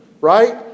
Right